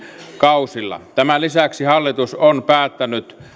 kausilla tämän lisäksi hallitus on päättänyt